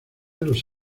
los